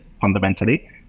fundamentally